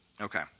Okay